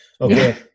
Okay